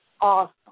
awesome